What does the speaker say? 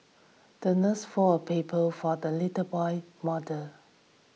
the nurse folded a paper for the little boy model